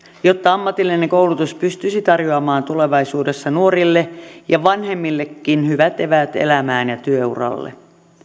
jotta ammatillinen koulutus pystyisi tarjoamaan tulevaisuudessa nuorille ja vanhemmillekin hyvät eväät elämään ja työuralle